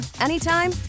anytime